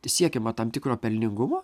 siekiama tam tikro pelningumo